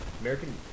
American